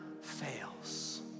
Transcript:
fails